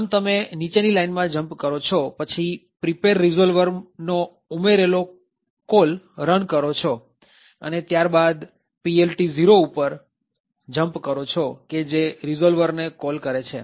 આમ તમે નીચેની લાઈનમાં jump કરો છો પછી prepare resolver નો ઉમેરેલો કોલ રન કરો છો અને ત્યારબાદ PLT૦ ઉપર jump કરો છો કે જે રીઝોલ્વર ને કોલ કરે છે